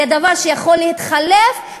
זה דבר שיכול להתחלף,